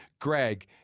Greg